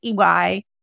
EY